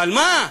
אבל מה?